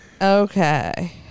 Okay